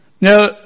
Now